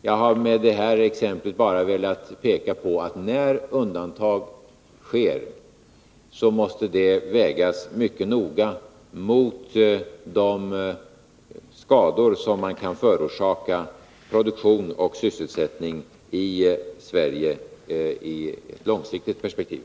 Jag vill med det här exemplet bara peka på att när undantag sker, så måste det vägas mycket noga mot de skador som man kan förorsaka produktion och sysselsättning i Sverige i ett långsiktigt perspektiv.